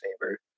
favor